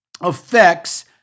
affects